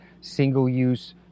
single-use